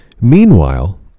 Meanwhile